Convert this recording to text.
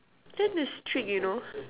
then there's streak you know